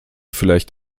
vielleicht